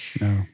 no